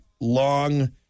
long